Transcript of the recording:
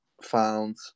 found